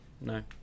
no